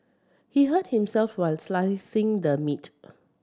he hurt himself while slicing the meat